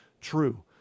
true